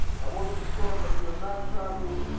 i wanted to be sure that we're not traveling